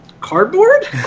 cardboard